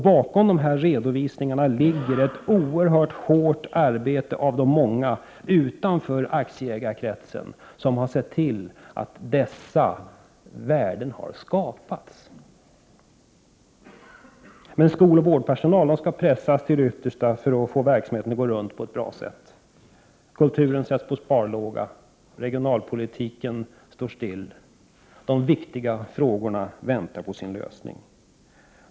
Bakom dessa redovisningar ligger ett oerhört hårt arbete av de många utanför aktieägarkretsen som har sett till att dessa värden har skapats. Men skoloch vårdpersonal skall pressas till det yttersta för att få verksamheten att gå runt på ett bra sätt. Kulturen sätts på sparlåga. Regionalpolitiken står still. De viktiga frågorna väntar på sin lösning.